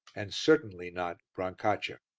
and certainly not brancaccia.